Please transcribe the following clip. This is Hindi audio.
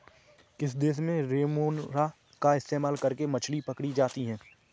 किस देश में रेमोरा का इस्तेमाल करके मछली पकड़ी जाती थी?